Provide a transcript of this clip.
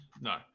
no